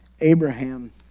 Abraham